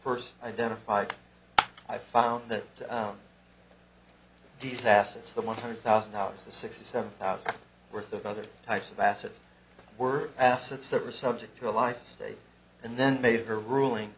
first identified i found that on these assets the one hundred thousand dollars the sixty seven thousand worth of other types of assets were assets that was subject to a life state and then made a ruling